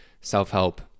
self-help